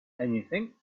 anything